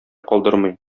калдырмый